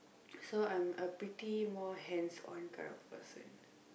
so I'm a pretty more hands on kind of person